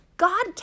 God